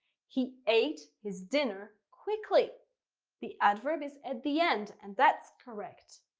he ate his dinner quickly the adverb is at the end and that's correct.